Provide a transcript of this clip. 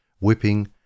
whipping